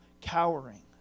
cowering